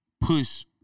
push